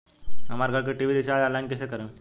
हमार घर के टी.वी रीचार्ज ऑनलाइन कैसे करेम?